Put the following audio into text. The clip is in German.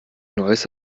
neues